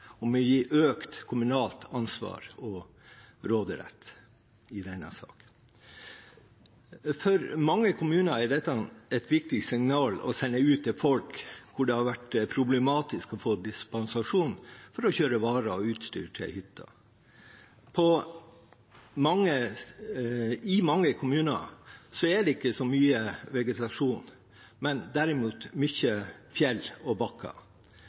gi økt kommunalt ansvar og råderett i denne saken. For mange kommuner er dette et viktig signal å sende ut til folk der det har vært problematisk å få dispensasjon for å kjøre varer og utstyr til hytta. I mange kommuner er det ikke så mye vegetasjon, men derimot mye fjell og bakker.